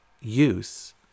use